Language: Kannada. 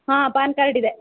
ಹಾಂ ಪಾನ್ ಕಾರ್ಡ್ ಇದೆ